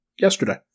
yesterday